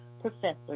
professor